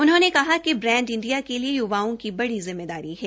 उन्होंने कहा कि ब्रैंड इंडिया के लिए युवाओं की बड़ी जिम्मेदारी है